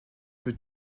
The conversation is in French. peut